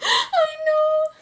I know